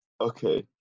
Okay